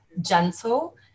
gentle